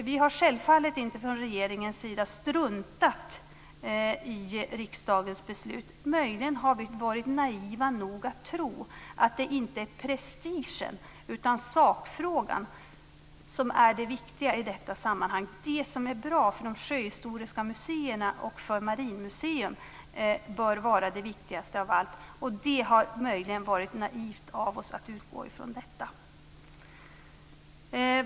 Vi har självfallet inte från regeringens sida struntat i riksdagens beslut. Möjligen har vi varit naiva nog att tro att det inte är prestigen utan sakfrågan som är det viktiga i detta sammanhang. Det som är bra för de sjöhistoriska museerna och för Marinmuseum bör vara det viktigaste av allt. Det har möjligen varit naivt av oss att utgå från detta.